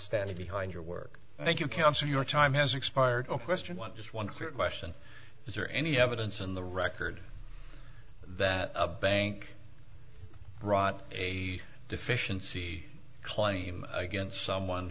standing behind your work thank you council your time has expired or question one just one quick question is there any evidence in the record that a bank run a deficiency claim against someone